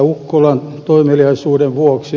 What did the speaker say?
ukkolan toimeliaisuuden vuoksi